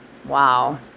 Wow